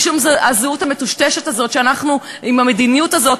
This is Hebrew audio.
משום הזהות המטושטשת הזאת שאנחנו עם המדיניות הזאת,